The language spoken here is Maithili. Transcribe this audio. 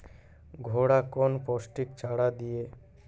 घोड़ा कौन पोस्टिक चारा दिए?